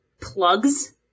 plugs